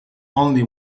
only